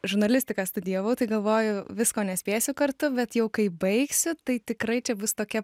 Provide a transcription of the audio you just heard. žurnalistiką studijavau tai galvoju visko nespėsiu kartu bet jau kai baigsiu tai tikrai čia bus tokia